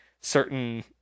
certain